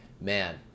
man